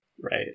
right